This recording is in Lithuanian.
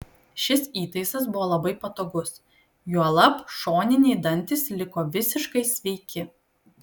šis įtaisas buvo labai patogus juolab šoniniai dantys liko visiškai sveiki